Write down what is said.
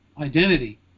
identity